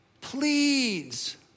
pleads